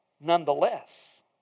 nonetheless